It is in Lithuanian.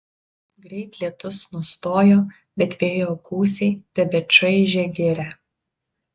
greit lietus nustojo bet vėjo gūsiai tebečaižė girią